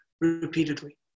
repeatedly